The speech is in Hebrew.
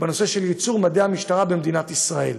בנושא של ייצור מדי המשטרה במדינת ישראל,